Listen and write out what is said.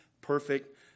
perfect